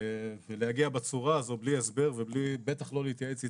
להגיע בצורה הזאת בלי הסבר ובטח לא להתייעץ איתנו,